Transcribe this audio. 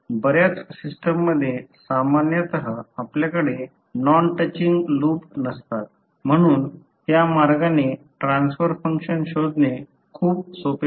बर्याच सिस्टममध्ये सामान्यत आपल्याकडे नॉन टचिंग लूप नसतात म्हणून त्या मार्गाने ट्रान्सफर फंक्शन शोधणे खूप सोपे जाईल